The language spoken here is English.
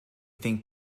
think